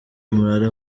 murara